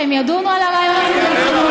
שהם ידונו על הרעיון הזה ברצינות.